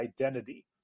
identity